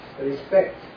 respect